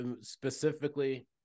specifically –